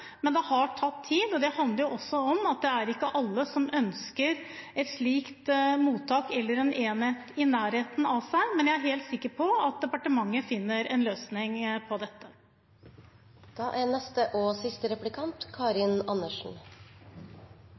men det har tatt tid. Det handler også om at det ikke er alle som ønsker et slikt mottak eller en slik enhet i nærheten av seg. Men jeg er helt sikker på at departementet finner en løsning på dette.